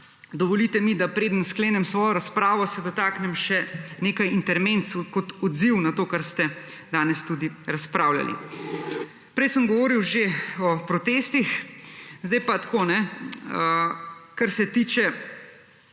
dovolite mi, da preden sklenem svojo razpravo se dotaknem nekaj intermenc kot odziv na to, kar ste danes tudi razpravljali. Prej sem govorim že o protestih. Sedaj pa takole, kar se tiče